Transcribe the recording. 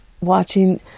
watching